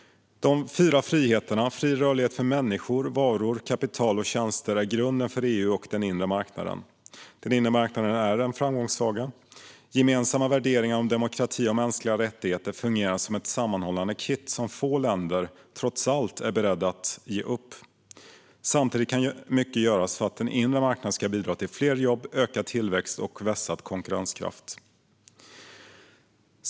De fyra friheterna - fri rörlighet för människor, varor, kapital och tjänster - är grunden för EU och den inre marknaden. Den inre marknaden är en framgångssaga. Gemensamma värderingar om demokrati och mänskliga rättigheter fungerar som ett sammanhållande kitt som få länder trots allt är beredda att ge upp. Samtidigt kan mycket göras för att den inre marknaden ska bidra till fler jobb, ökad tillväxt och vässad konkurrenskraft.